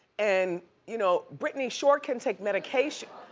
and you know britney sure can take medication.